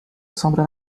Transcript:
sombra